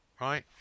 right